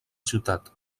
ciutat